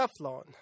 Teflon